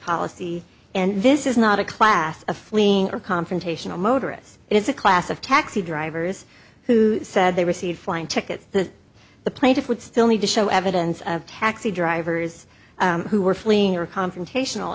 policy and this is not a class a fleeing or confrontational motorists it's a class of taxi drivers who said they received flying tickets that the plaintiff would still need to show evidence of taxi drivers who were fleeing or confrontational